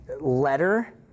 letter